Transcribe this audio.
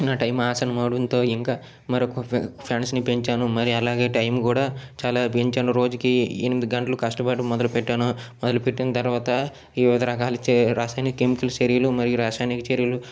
నా టైం ఆసన్నం అవ్వడంతో ఇంకా మరొక ఫ్రెన్ ఫ్రెండ్సును పెంచాను మరి అలాగే టైం కూడా చాలా పెంచాను రోజుకి ఎనిమిది గంటలు కష్టపడడం మొదలు పెట్టాను మొదలు పెట్టిన తర్వాత వివిధ రకాల రసాయనిక కెమికల్స్ చర్యలు మరియు రసాయనిక చర్యలు